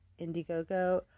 Indiegogo